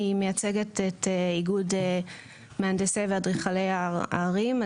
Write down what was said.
אני מייצגת את איגוד מהנדסי ואדריכלי הערים.